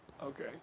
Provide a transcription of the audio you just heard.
Okay